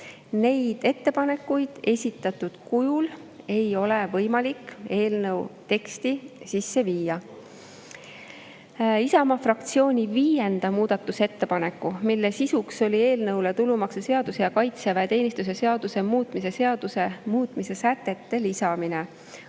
Neid ettepanekuid esitatud kujul ei ole võimalik eelnõu teksti sisse viia. Isamaa fraktsiooni viienda muudatusettepaneku, mille sisuks oli eelnõusse tulumaksuseaduse ja kaitseväeteenistuse seaduse muutmise seaduse muutmise sätete lisamine,